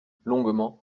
longuement